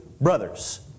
brothers